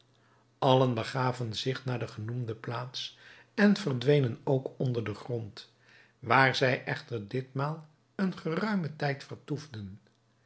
allen begaven zich naar de genoemde plaats en verdwenen ook onder den grond waar zij echter ditmaal een geruime tijd vertoefden